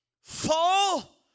fall